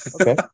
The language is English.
Okay